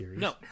No